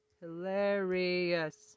hilarious